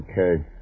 Okay